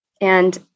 And-